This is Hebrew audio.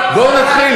אז אתה,